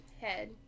head